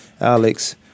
Alex